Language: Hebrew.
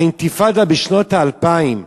האינתיפאדה בשנות האלפיים.